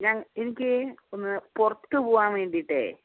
ഞാൻ എനിക്ക് ഒന്ന് പുറത്ത് പോകാൻ വേണ്ടിയിട്ട്